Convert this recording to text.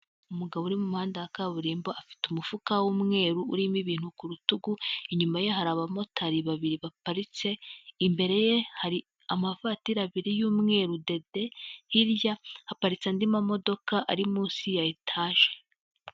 Umugabo uri muhanda wa kaburimbo, afite umufuka w'umweru, urimo ibintu ku rutugu, inyuma ye hari abamotari babiri baparitse, imbere ye hari amavatiri abiri y'umweru dede, hirya haparitse andi mamodoka ari munsi ya etaje.